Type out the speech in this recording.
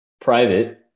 private